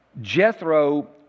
Jethro